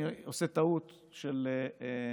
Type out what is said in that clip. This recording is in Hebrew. אני עושה טעות של מתחילים,